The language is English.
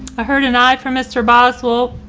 i heard an ai from mr. boswell.